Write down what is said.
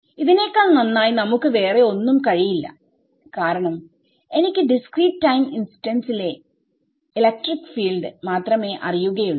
ഇതിനേക്കാൾ നന്നായി നമുക്ക് വേറെ ഒന്നും കഴിയില്ല കാരണം എനിക്ക് ഡിസ്ക്രീറ്റ് ടൈം ഇൻസ്റ്റൻസിലെ ഇലക്ട്രിക് ഫീൽഡ് മാത്രമേ അറിയുകയുള്ളൂ